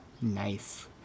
Nice